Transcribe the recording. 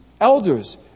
elders